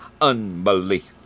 unbelief